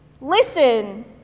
Listen